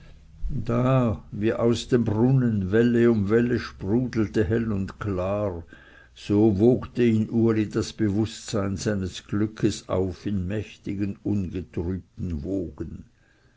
da wie aus dem brunnen welle um welle sprudelte hell und klar so wogte in uli das bewußtsein seines glückes auf in mächtigen ungetrübten wogen